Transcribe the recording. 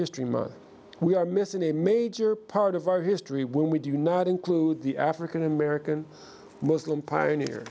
history month we are missing a major part of our history when we do not include the african american muslim pioneer